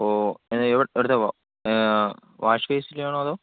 ഓ ഇവിടത്തെ വാഷ്ബേസിലെയാണോ അതോ